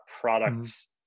products